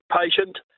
patient